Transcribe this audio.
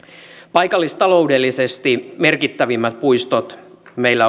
paikallistaloudellisesti merkittävimmät puistot meillä